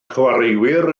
chwaraewyr